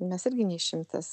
mes irgi ne išimtis